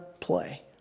play